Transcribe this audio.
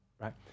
Right